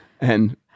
and-